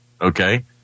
Okay